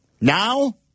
Now